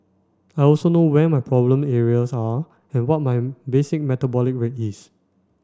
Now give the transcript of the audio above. I also know where my problem areas are and what my basic metabolic rate is